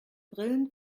brillen